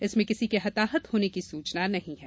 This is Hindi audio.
इसमें किसी के हताहत होने की सूचना नहीं है